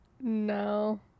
No